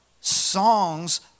songs